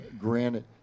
granted